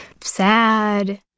sad